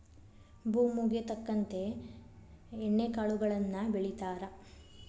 ಭೂಮುಗೆ ತಕ್ಕಂತೆ ಎಣ್ಣಿ ಕಾಳುಗಳನ್ನಾ ಬೆಳಿತಾರ